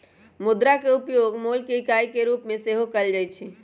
मुद्रा के उपयोग मोल के इकाई के रूप में सेहो कएल जाइ छै